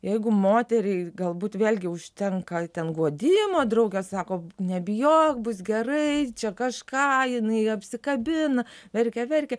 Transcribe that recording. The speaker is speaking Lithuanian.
jeigu moteriai galbūt vėlgi užtenka ten guodimo draugės sako nebijok bus gerai čia kažką jinai apsikabina verkia verkia